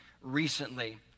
recently